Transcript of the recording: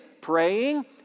praying